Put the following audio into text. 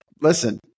Listen